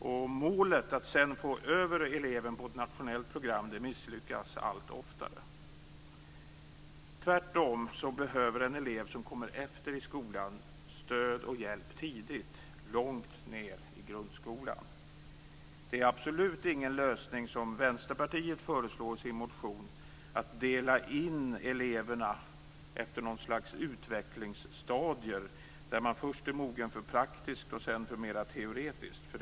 Och man misslyckas allt oftare med att nå målet, nämligen att man sedan skall få över eleverna på ett nationellt program. En elev som kommer efter i skolan behöver tvärtom stöd och hjälp tidigt, långt ned i grundskolan. Vänsterpartiet föreslår i sin motion att man skall dela in eleverna efter något slags utvecklingsstadier som innebär att de först är mogna för det praktiska och sedan för det mera teoretiska.